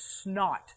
snot